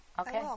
Okay